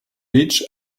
bitch